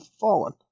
fallen